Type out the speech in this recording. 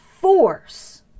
force